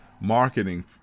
marketing